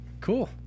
cool